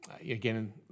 Again